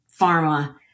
pharma